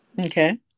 okay